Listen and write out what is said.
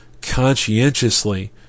conscientiously